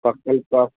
पकै कऽ